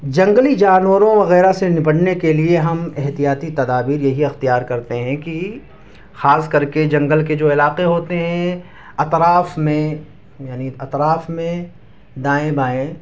جنگلی جانوروں وغیرہ سے نپٹنے کے لیے ہم احتیاطی تدابیر یہی اختیار کرتے ہیں کہ خاص کر کے جنگل کے جو علاقے ہوتے ہیں اطراف میں یعنی اطراف میں دائیں بائیں